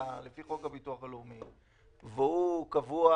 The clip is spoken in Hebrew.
לפי חוק הביטוח הלאומי והוא קבוע,